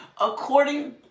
according